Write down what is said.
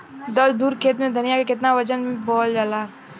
दस धुर खेत में धनिया के केतना वजन मे बोवल जाला?